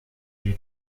iri